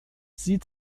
sie